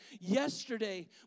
Yesterday